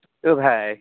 অঁ ভাই